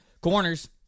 Corners